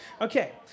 Okay